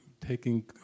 taking